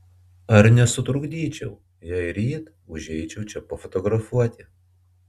ar nesutrukdyčiau jei ryt užeičiau čia pafotografuoti